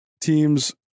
teams